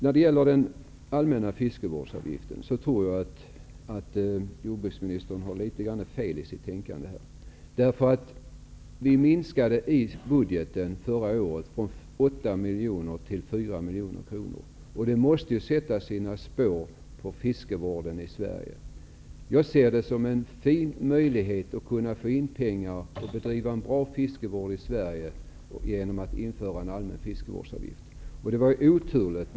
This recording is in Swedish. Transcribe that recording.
När det gäller den allmänna fiskevårdsavgiften tror jag att jordbruksministern har litet fel i sitt tänkande. Vi minskade förra året budgeten för detta ändamål från 8 miljoner till 4 miljoner kronor, och det måste naturligtvis sätta sina spår på fiskevården i Sverige. Jag ser en allmän fiskevårdsavgift som en fin möjlighet att få in pengar för att kunna bedriva en bra fiskevård i Sverige.